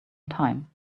time